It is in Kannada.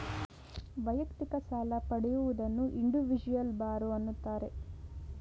ವೈಯಕ್ತಿಕ ಸಾಲ ಪಡೆಯುವುದನ್ನು ಇಂಡಿವಿಜುವಲ್ ಬಾರೋ ಅಂತಾರೆ